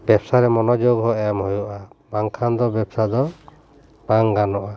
ᱵᱮᱵᱽᱥᱟ ᱨᱮ ᱢᱚᱱᱚᱡᱳᱜᱽ ᱦᱚᱸ ᱮᱢ ᱦᱩᱭᱩᱜᱼᱟ ᱵᱟᱝᱠᱷᱟᱱ ᱫᱚ ᱵᱮᱵᱽᱥᱟ ᱫᱚ ᱵᱟᱝ ᱜᱟᱱᱚᱜᱼᱟ